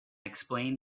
explained